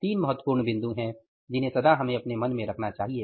तीन महत्वपूर्ण बिंदु हैं जिन्हें सदा हमें अपने मन में रखना चाहिए